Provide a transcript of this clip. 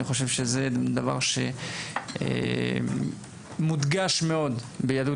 אני חושב שזה דבר שמודגש מאוד ביהדות